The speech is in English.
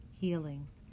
healings